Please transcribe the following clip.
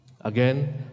Again